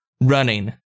running